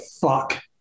fuck